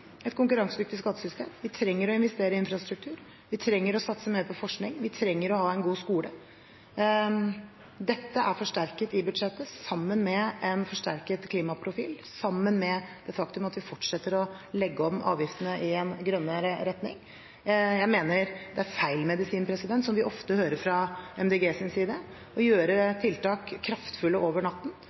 trenger å satse mer på forskning, og vi trenger å ha en god skole. Dette er forsterket i budsjettet, sammen med en forsterket klimaprofil, sammen med det faktum at vi fortsetter å legge om avgiftene i en grønnere retning. Jeg mener det er feil medisin, som vi ofte hører fra MDGs side, å gjøre tiltak kraftfulle over natten.